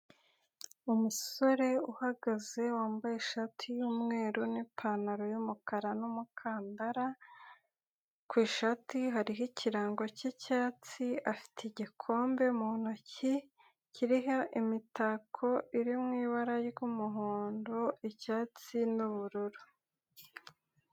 Umusore uhagaze wambaye ishati y'umweru n'ipantaro yumukara n'umukandara ku ishati hariho ikirango cy'icyatsi afite igikombe mu ntoki kiriho imitako iri mu ibara ry'umuhondo, icyatsi, n'ubururu.